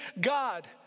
God